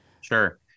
Sure